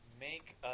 Make